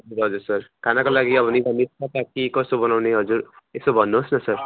हजुर हजुर सर खानाको लागि अब निरामिष कता के कसो बनाउने हजुर यसो भन्नुहोस् न सर